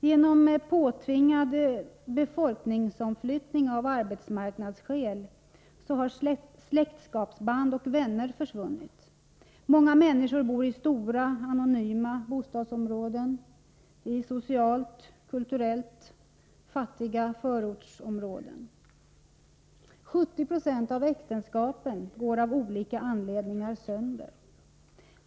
Genom påtvingad befolkningsomflyttning av arbetsmarknadsskäl har släktskapsband och vänner försvunnit. Många människor boristora, anonyma bostadsområden i socialt, kulturellt fattiga förortsområden. 70 90 av äktenskapen går av olika anledningar sönder.